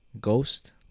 ghost